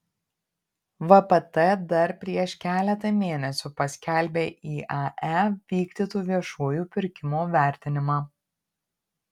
vpt dar prieš keletą mėnesių paskelbė iae vykdytų viešųjų pirkimų vertinimą